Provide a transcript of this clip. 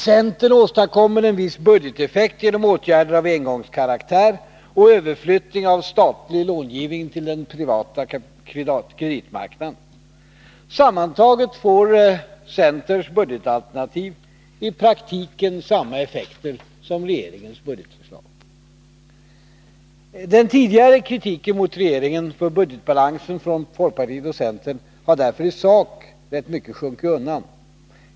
Centern åstadkommer en viss budgeteffekt genom åtgärder av engångskaraktär och överflyttning av statlig långivning till den privata kreditmarknaden. Sammantaget får centerns budgetalternativ i praktiken samma effekter som regeringens budgetförslag. Den tidigare kritiken mot regeringen för budgetbalansen från folkpartiet och centern har därför i sak rätt mycket sjunkit undan.